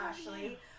Ashley